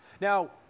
Now